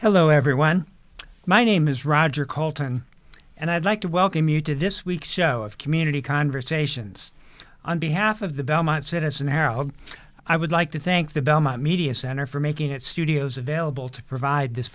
hello everyone my name is roger colton and i'd like to welcome you to this week's show of community conversations on behalf of the belmont citizen herald i would like to thank the belmont media center for making its studios available to provide this